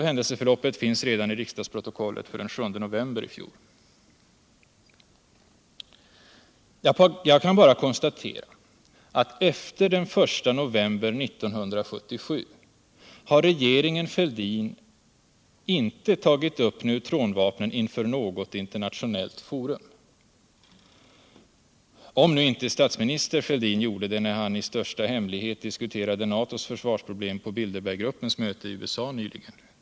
Här är inte platsen för någon 'n ww Jag kan bara konstatera att efter den I november 1977 har regeringen Fälldin inte tagit upp neutronvapnen inför något internationellt forum —- om nu inte statsminister Fälldin gjorde det när han i största hemlighet diskuterade NATO:s försvarsproblem på Bilderberggruppens möte I USA nyligen.